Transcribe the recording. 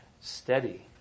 steady